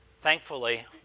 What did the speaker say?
Thankfully